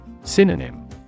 Synonym